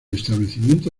establecimiento